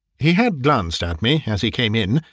he had glanced at me as he came in,